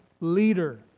leader